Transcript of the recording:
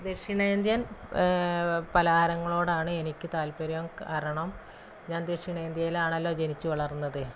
ദക്ഷിണേന്ത്യൻ പലഹാരങ്ങളോടാണ് എനിക്ക് താല്പര്യം കാരണം ഞാൻ ദക്ഷിണേന്ത്യയിലാണല്ലോ ആണല്ലോ ജനിച്ച് വളർന്നത്